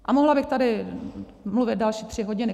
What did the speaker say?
A mohla bych tady mluvit další tři hodiny.